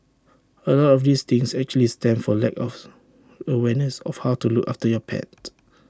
A lot of these things actually stem from lack of awareness of how to look after your pet